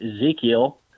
Ezekiel